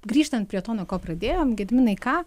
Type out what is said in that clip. grįžtant prie to nuo ko pradėjom gediminai ką